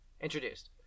introduced